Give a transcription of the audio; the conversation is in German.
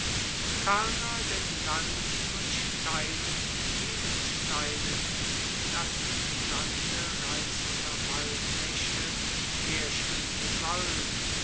ferner der glanz von steinen und edelsteinen das im sande reißender waldbäche herschwimmende gold